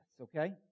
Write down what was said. okay